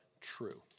true